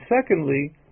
secondly